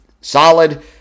solid